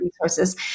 resources